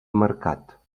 mercat